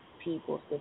people